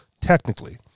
technically